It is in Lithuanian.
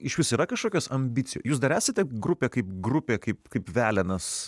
išvis yra kažkokios ambicijų jūs dar esate grupė kaip grupė kaip kaip velenas